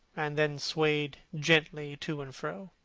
and then swayed gently to and fro.